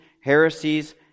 heresies